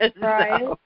Right